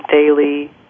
daily